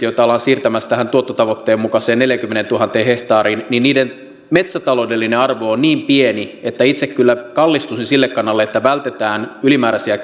joita ollaan siirtämässä tuottotavoitteen mukaiseen neljäänkymmeneentuhanteen hehtaariin metsätaloudellinen arvo on niin pieni että itse kyllä kallistuisin sille kannalle että vältetään ylimääräisiä